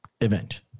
event